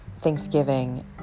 Thanksgiving